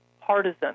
partisan